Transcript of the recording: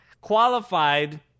qualified